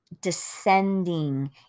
descending